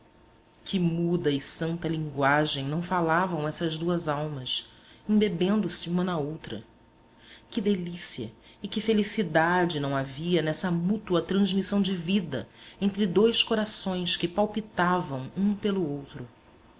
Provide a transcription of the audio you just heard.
que muda e santa linguagem não falavam essas duas almas embebendo se uma na outra que delícia e que felicidade não havia nessa mútua transmissão de vida entre dois corações que palpitavam um pelo outro